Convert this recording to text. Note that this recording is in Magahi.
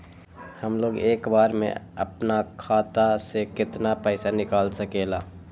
हमलोग एक बार में अपना खाता से केतना पैसा निकाल सकेला?